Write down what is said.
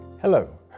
Hello